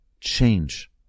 change